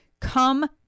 Come